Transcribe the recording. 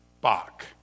Bach